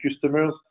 customers